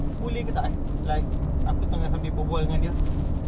boleh ke tak eh aku sambil berbual dengan dia